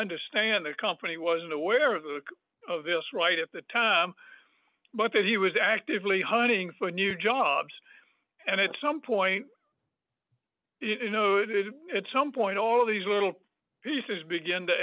understand the company was aware of the of this right at the time but that he was actively hunting for new jobs and it's some point you know it is at some point all these little pieces begin to